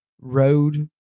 road